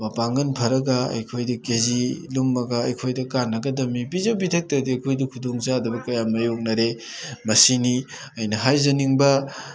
ꯃꯄꯥꯡꯒꯜ ꯐꯔꯒ ꯑꯩꯈꯣꯏꯗ ꯀꯦꯖꯤ ꯂꯨꯝꯃꯒ ꯑꯩꯈꯣꯏꯗ ꯀꯥꯟꯅꯒꯗꯝꯅꯤ ꯄꯤꯖ ꯄꯤꯊꯛꯇꯗꯤ ꯑꯩꯈꯣꯏꯗ ꯈꯨꯗꯣꯡꯆꯥꯗꯕ ꯀꯌꯥ ꯃꯥꯌꯣꯛꯅꯔꯦ ꯃꯁꯤꯅꯤ ꯑꯩꯅ ꯍꯥꯏꯖꯅꯤꯡꯕ